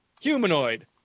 humanoid